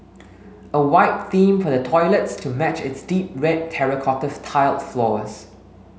a white theme for the toilets to match its deep red terracotta tiled floors